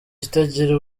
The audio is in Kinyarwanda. itagira